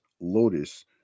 Lotus